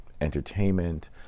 entertainment